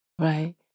right